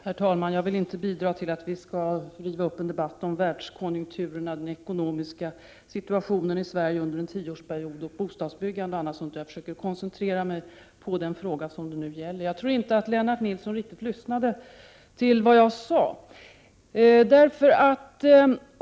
Herr talman! Jag vill inte bidra till att vi river upp en debatt om 16 december 1987 världskonjunkturerna, den ekonomiska situationen i Sverige under den = Dan mpeg oss gångna tioårsperioden och bostadsbyggandet, m.m., utan jag försöker koncentrera mig på den fråga som det nu handlar om. Jag tror inte att Lennart Nilsson riktigt lyssnade på vad jag sade.